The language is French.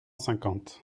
cinquante